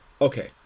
okay